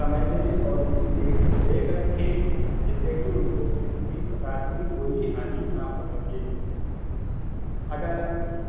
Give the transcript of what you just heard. समय दें और उनकी देख रेख रखें जिससे की उनको किसी भी प्रकार की कोई हानि ना हो सके अगर